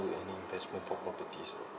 any investment for properties